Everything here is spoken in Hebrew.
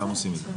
הרוויזיה הוסרה.